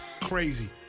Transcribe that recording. Crazy